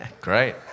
great